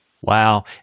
Wow